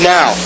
Now